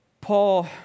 Paul